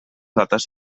dates